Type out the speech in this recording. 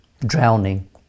Drowning